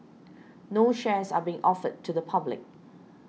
no shares are being offered to the public